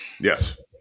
yes